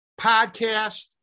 podcast